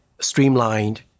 streamlined